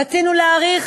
רצינו להאריך